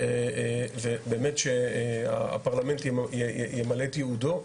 ובאמת שהפרלמנט ימלא את ייעודו,